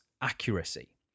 accuracy